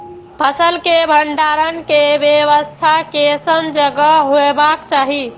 फसल के भंडारण के व्यवस्था केसन जगह हेबाक चाही?